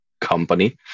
company